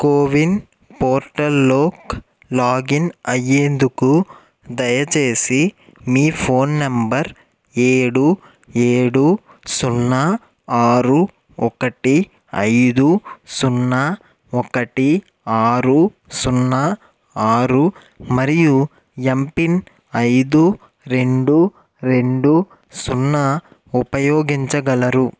CoWIN పోర్టల్లోకి login అయ్యేందుకు దయచేసి మీ ఫోన్ నంబర్ ఏడు ఏడు సున్నా ఆరు ఒకటి ఐదు సున్నా ఒకటి ఆరు సున్నా ఆరు మరియు ఎంపిన్ ఐదు రెండు రెండు సున్నా ఉపయోగించగలరు